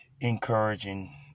encouraging